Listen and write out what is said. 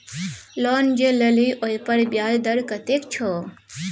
loan जे लेलही ओहिपर ब्याज दर कतेक छौ